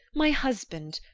my husband,